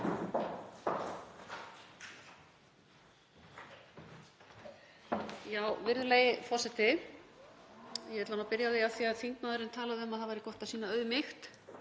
Virðulegi forseti. Ég ætla nú að byrja á því, af því að þingmaðurinn talaði um að það væri gott að sýna auðmýkt: